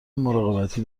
مراقبتی